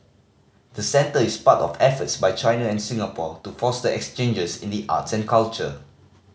the centre is part of efforts by China and Singapore to foster exchanges in the arts and culture